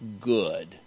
good